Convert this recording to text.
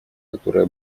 которая